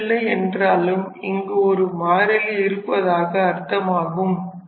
எழுதவில்லை என்றாலும் இங்கு ஒரு மாறிலி இருப்பதாக அர்த்தமாகும்